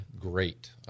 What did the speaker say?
great